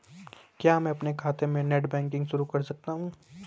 क्या मैं अपने खाते में नेट बैंकिंग शुरू कर सकता हूँ?